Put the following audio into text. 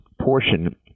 portion